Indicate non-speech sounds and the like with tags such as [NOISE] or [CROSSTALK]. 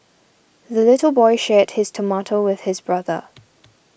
the little boy shared his tomato with his brother [NOISE]